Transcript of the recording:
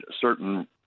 certain